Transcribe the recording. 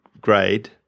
grade